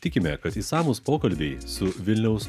tikime kad išsamūs pokalbiai su vilniaus